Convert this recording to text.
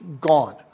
gone